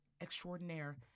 extraordinaire